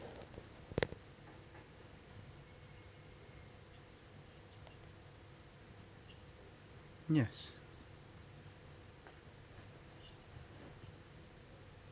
ya